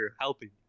helping